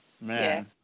man